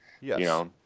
Yes